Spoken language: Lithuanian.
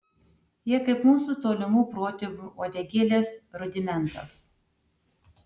jie kaip mūsų tolimų protėvių uodegėlės rudimentas